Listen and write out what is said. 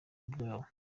below